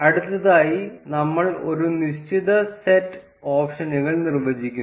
അടുത്തതായി നമ്മൾ ഒരു നിശ്ചിത സെറ്റ് ഓപ്ഷനുകൾ നിർവ്വചിക്കുന്നു